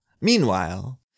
Meanwhile